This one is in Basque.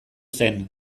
zen